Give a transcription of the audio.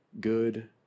good